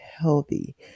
healthy